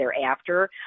thereafter